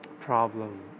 problem